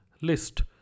list